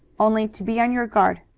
only to be on your guard.